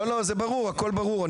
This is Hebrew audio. לא לא זה ברור הכל ברור,